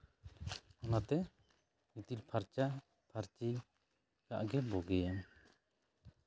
ᱚᱱᱟᱛᱮ ᱜᱤᱛᱤᱞ ᱯᱷᱟᱨᱪᱟᱼᱯᱷᱟᱨᱪᱤᱭᱟᱜ ᱜᱮ ᱵᱳᱜᱮᱭᱟ